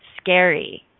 scary